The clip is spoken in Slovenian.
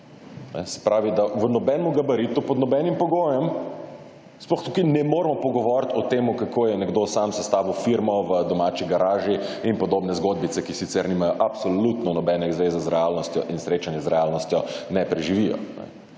Se pravi, da v nobenem gabaritu pod nobenim pogojem sploh tukaj ne moremo pogovoriti o tem, kako je nekdo sam sestavil firmo v domači garaži in podobne zgodbice, ki sicer nimajo absolutno nobene zveze z realnostjo in srečanja z realnostjo ne preživijo.